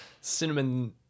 cinnamon